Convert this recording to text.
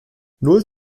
null